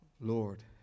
Lord